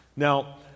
Now